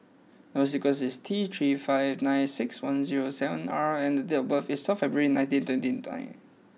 number sequence is T three five nine six one zero seven R and date of birth is twelve February nineteen twenty nine